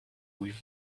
with